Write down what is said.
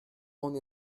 und